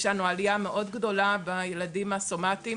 יש לנו עליה מאוד גדולה בילדים הסומטים